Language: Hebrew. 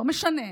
לא משנה,